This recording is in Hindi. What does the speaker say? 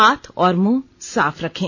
हाथ और मुंह साफ रखें